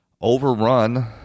overrun